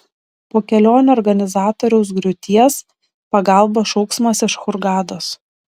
po kelionių organizatoriaus griūties pagalbos šauksmas iš hurgados